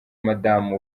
madamu